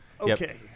Okay